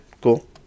cool